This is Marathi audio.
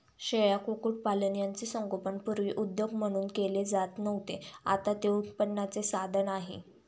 शेळ्या, कुक्कुटपालन यांचे संगोपन पूर्वी उद्योग म्हणून केले जात नव्हते, आता ते उत्पन्नाचे साधन आहे